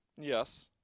Yes